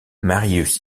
marius